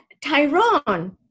Tyron